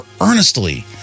earnestly